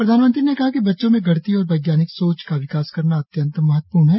प्रधानमंत्री ने कहा कि बच्चों में गणितीय तथा वैज्ञानिक सोच का विकास करना अत्यन्त महत्वपूर्ण है